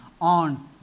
On